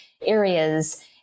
areas